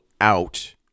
out